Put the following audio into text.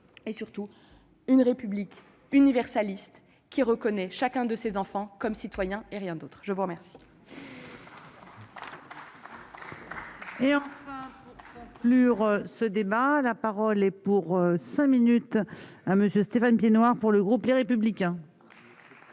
et surtout une République universaliste, qui reconnaît, chacun de ses enfants comme citoyen et rien d'autre, je vous remercie.